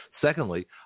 Secondly